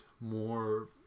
more